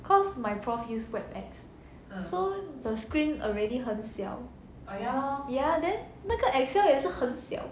cause my prof use Webex so the screen already 很小 ya then 那个 Excel 也是很小